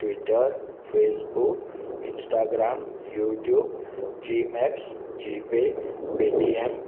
twitter Facebook Instagram YouTube zee maps GPay Paytm